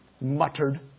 muttered